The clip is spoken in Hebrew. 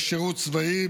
שירות צבאי,